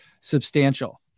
substantial